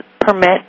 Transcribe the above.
permit